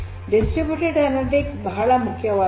distributed analytics ಬಹಳ ಪ್ರಮುಖವಾದದ್ದು